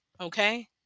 Okay